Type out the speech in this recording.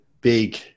big